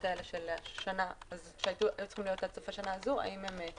האלה שהיו צריכות להיות עד סוף השנה הזו הושלמו.